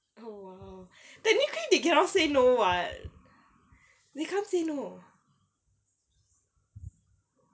!wow! technically they cannot say no [what] they can't say no